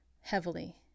heavily